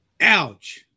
Ouch